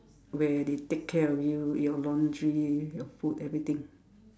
where they take care of you your laundry your food everything